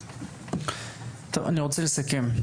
אני רוצה לסכם.